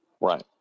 Right